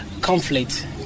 conflict